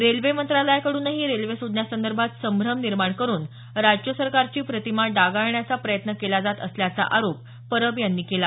railway मंत्रालयाकडूनही railway सोडण्यासंदर्भात संभ्रम निर्माण करून राज्य सरकारची प्रतिमा डागाळण्याचा प्रयत्न केला जात असल्याचा आरोप परब यानी केला